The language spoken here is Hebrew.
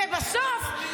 ובסוף,